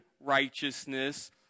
righteousness